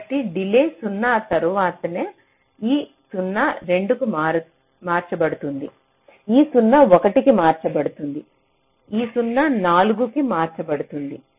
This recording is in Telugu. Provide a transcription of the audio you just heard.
కాబట్టి డిలే 2 తరువాత ఈ 0 2 కి మార్చబడుతుంది ఈ 0 1 కి మార్చబడుతుంది ఈ 0 4 కి మార్చబడుతుంది